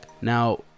Now